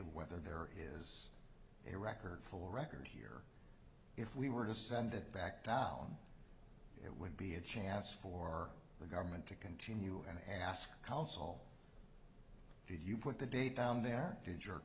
of whether there is a record for record here if we were to send it back down it would be a chance for the government to continue and ask counsel did you put the date down there to jerk